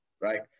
right